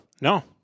no